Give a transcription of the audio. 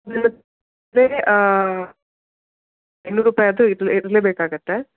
ಬೇರೆ ಇನ್ನೂರು ರೂಪಾಯಿ ಆದರೂ ಇದು ಇರಲೇ ಬೇಕಾಗುತ್ತೆ